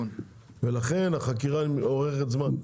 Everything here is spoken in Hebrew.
ולכן החקירה אורכת זמן.